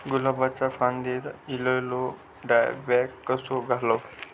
गुलाबाच्या फांदिर एलेलो डायबॅक कसो घालवं?